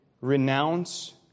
renounce